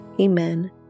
Amen